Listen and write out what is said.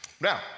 Now